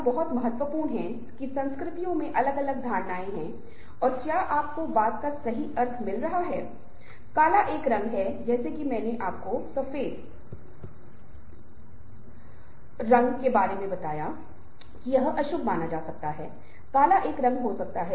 यह बहुत ही रोमांचक होगा और हम इसे बाद के हफ्तों में करेंगे क्योंकि हम इस पाठ्यक्रम के साथ आगे बढ़ रहे हैं हालाँकि जब हम पहले दो के बारे में बात करते हैं तो हम बात करेंगे मौखिक के बारे में जो बोला जा सकता है और जो सुना जा सकता है